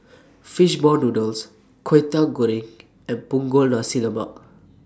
Fish Ball Noodles Kwetiau Goreng and Punggol Nasi Lemak